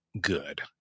good